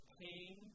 pain